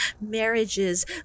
marriages